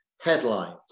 headline